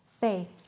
faith